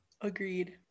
Agreed